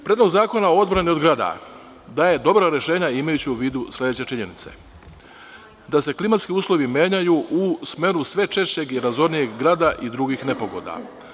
Predlog zakona o odbrani od grada daje dobra rešenja, imajući u vidu sledeće činjenice, da se klimatski uslovi menjaju u smeru sve češćeg i razornijeg grada i drugih nepogoda.